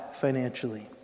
financially